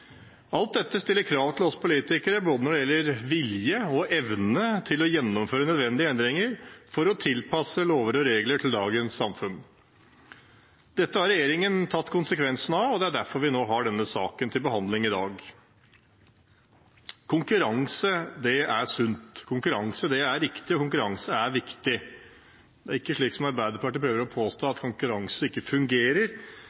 Alt dette stiller krav til oss politikere når det gjelder både vilje og evne til å gjennomføre nødvendige endringer for å tilpasse lover og regler til dagens samfunn. Dette har regjeringen tatt konsekvensene av, og det er derfor vi nå har denne saken til behandling i dag. Konkurranse er sunt, konkurranse er riktig, og konkurranse er viktig. Det er ikke slik Arbeiderpartiet prøver å påstå,